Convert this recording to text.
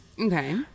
Okay